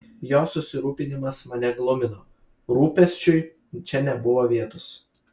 jo susirūpinimas mane glumino rūpesčiui čia nebuvo vietos